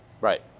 Right